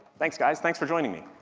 thanks guys, thanks for joining me.